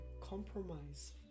compromise